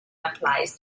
applies